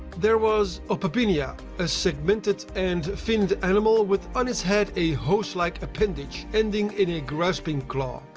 there was opabinia a segmented and finned animal with on its head a hose-like appendage ending in a grasping claw.